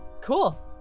Cool